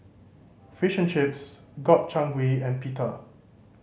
Fish and Chips Gobchang Gui and Pita